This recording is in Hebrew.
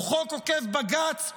הוא חוק עוקף בג"ץ,